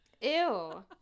ew